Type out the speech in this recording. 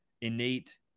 innate